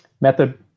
method